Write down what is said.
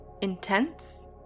intense